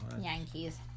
Yankees